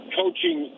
coaching